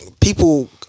People